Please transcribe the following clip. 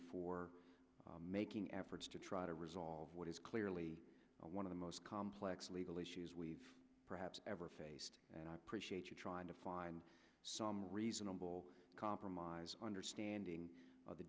for making efforts to try to resolve what is clearly one of the most complex legal issues we've perhaps ever faced and i appreciate you trying to find some reasonable compromise understanding of the